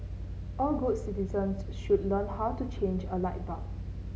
all good citizens should learn how to change a light bulb